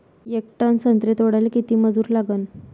येक टन संत्रे तोडाले किती मजूर लागन?